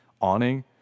awning